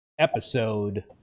episode